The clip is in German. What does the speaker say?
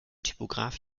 typograf